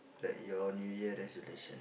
bout your New Year resolution